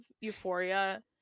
euphoria